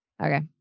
Okay